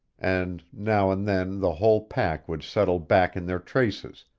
and now and then the whole pack would settle back in their traces,